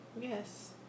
Yes